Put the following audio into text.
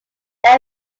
there